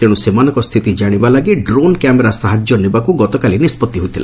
ତେଶୁ ସେମାନଙ୍କ ସ୍ଥିତି ଜାଶିବା ଲାଗି ଡ୍ରୋନ କ୍ୟାମେରା ସାହାଯ୍ୟ ନେବାକୁ ଗତକାଲି ନିଷ୍ବଭି ହୋଇଥିଲା